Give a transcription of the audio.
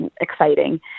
exciting